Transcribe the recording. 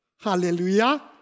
Hallelujah